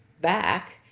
back